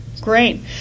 Great